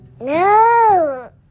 No